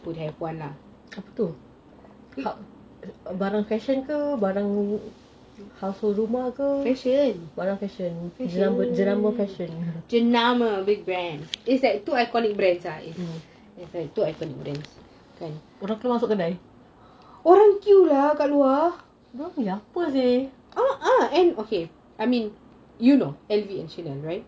apa tu barang fashion ke barang household rumah ke barang fashion jenama fashion orang keluar masuk kedai kenapa apa seh